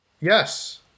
Yes